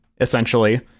Essentially